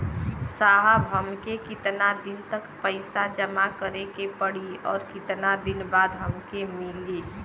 साहब हमके कितना दिन तक पैसा जमा करे के पड़ी और कितना दिन बाद हमके मिली?